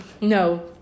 No